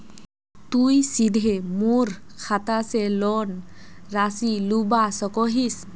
तुई सीधे मोर खाता से लोन राशि लुबा सकोहिस?